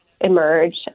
emerge